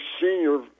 senior